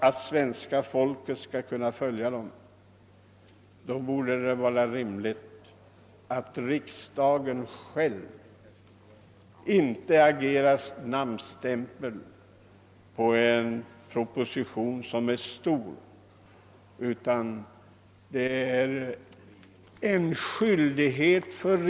Det är emellertid rimligt att riksdagen inte bara agerar namnstämpel när det framläggs en omfattande proposition med lagbestämmelser, som skall följas av svenska folket.